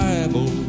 Bible